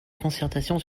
concertations